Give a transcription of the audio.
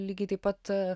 lygiai taip pat